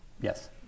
Yes